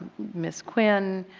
miss quinn,